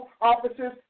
offices